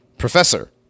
Professor